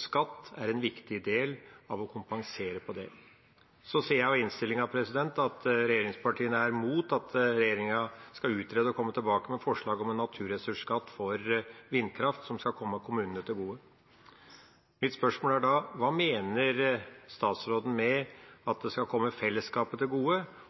Skatt er en viktig del av å kompensere for det. Så ser jeg av innstillinga at regjeringspartiene er imot at regjeringa skal utrede og komme tilbake med forslag om en naturressursskatt for vindkraft som skal komme kommunene til gode. Mitt spørsmål er da: Hva mener statsråden med at det skal komme fellesskapet til gode?